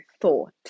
thought